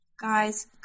Guys